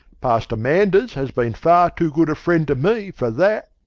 pastor manders has been far too good a friend to me for that.